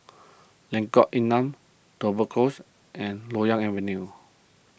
Lengkok Enam Tudor Close and Loyang Avenue